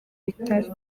itari